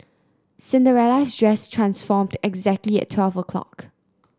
Cinderella's dress transformed exactly at twelve o'clock